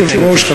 כבוד היושב-ראש,